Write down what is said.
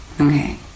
Okay